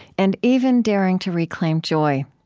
and even daring to reclaim joy.